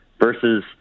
versus